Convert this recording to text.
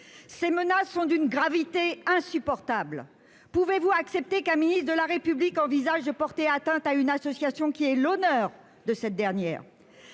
Ces menaces sont d'une gravité insupportable. Pouvez-vous accepter qu'un ministre de la République envisage de porter atteinte à une association qui est l'honneur de cette dernière ?